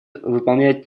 выполнять